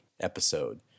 Episode